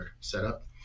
setup